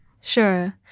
Sure